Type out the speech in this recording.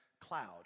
cloud